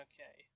Okay